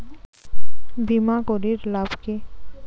বিমা করির লাভ কি?